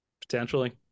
potentially